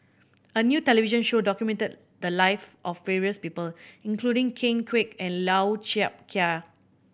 a new television show documented the lives of various people including Ken Kwek and Lau Chiap Khai